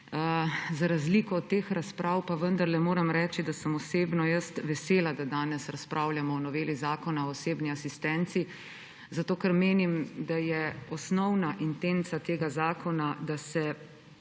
Za razliko od teh razprav pa vendarle moram reči, da sem osebno jaz vesela, da danes razpravljamo o noveli Zakona o osebni asistenci, ker menim, da je osnovna intenca tega zakona, da se